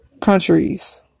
countries